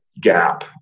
gap